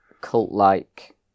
cult-like